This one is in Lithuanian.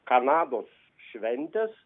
kanados šventės